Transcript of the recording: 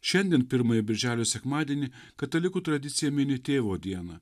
šiandien pirmąjį birželio sekmadienį katalikų tradicija mini tėvo dieną